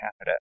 candidate